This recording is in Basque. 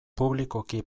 publikoki